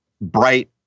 bright